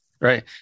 right